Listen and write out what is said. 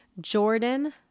Jordan